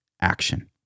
action